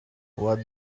what